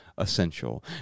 essential